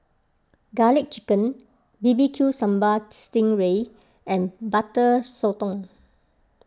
Garlic Chicken B B Q Sambal Sting Ray and Butter Sotong